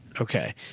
Okay